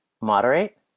moderate